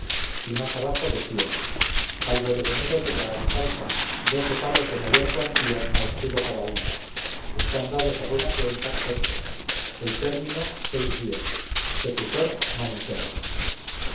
y más abajo decía al bodegonero de la alfalfa doce palos de mayor cuantía a escudo cada uno están dados a buena cuenta ocho el término seis días secutor